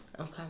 Okay